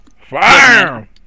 Fire